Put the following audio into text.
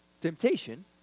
Temptation